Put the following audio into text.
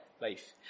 life